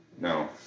no